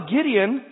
Gideon